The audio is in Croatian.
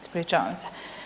Ispričavam se.